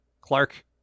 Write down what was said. clark